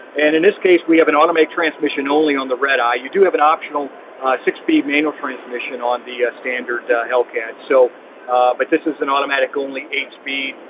and in this case we have an automated transmission only on the red-eye. you do have an optional six-speed manual transmission on the standard hellcat so but this is an automatic only eight speed.